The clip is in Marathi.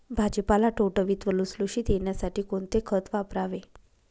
भाजीपाला टवटवीत व लुसलुशीत येण्यासाठी कोणते खत वापरावे?